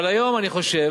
אבל היום אני חושב